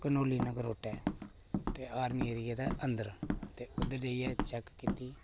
कंडोली नगरोटै ते army area दे अंदर ते उद्धर जाइयै चेक कीती ते